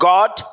God